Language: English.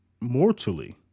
mortally